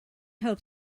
hope